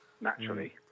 naturally